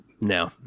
no